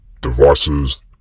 devices